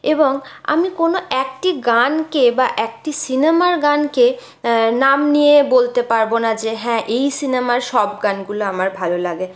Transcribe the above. এবং আমি কোন একটি গানকে বা একটি সিনেমার গানকে নাম নিয়ে বলতে পারবো না যে হ্যাঁ এই সিনেমার সব গানগুলো আমার ভালো লাগে